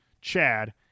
Chad